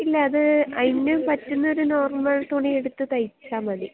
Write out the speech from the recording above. ഇല്ല അത് അതിനു പറ്റുന്നൊരു നോർമൽ തുണിയെടുത്ത് തയ്ച്ചാൽ മതി